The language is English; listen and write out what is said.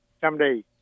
someday